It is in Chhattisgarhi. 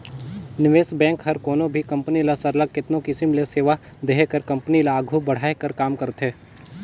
निवेस बेंक हर कोनो भी कंपनी ल सरलग केतनो किसिम ले सेवा देहे कर कंपनी ल आघु बढ़ाए कर काम करथे